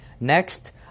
Next